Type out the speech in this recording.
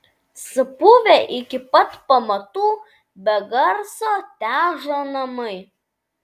supuvę iki pat pamatų be garso težo namai